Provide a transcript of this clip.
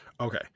Okay